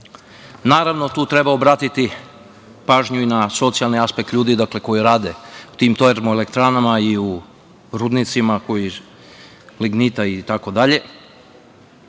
tu treba obratiti pažnju i na socijalni aspekt ljudi koji rade u tim termoelektranama i u rudnicima lignita itd, a